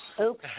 Oops